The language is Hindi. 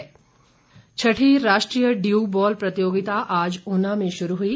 रैली छठी राष्ट्रीय ड्यू बॉल प्रतियोगिता आज ऊना में शुरू हुई